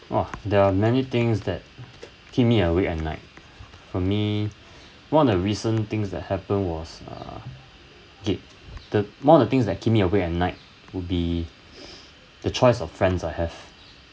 !wah! there are many things that keep me awake at night for me one of recent things that happened was uh get the one of the things that keep me awake at night would be the choice of friends I have